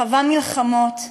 חווה מלחמות,